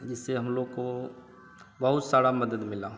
जिससे हम लोग को बहुत सारी मदद मिली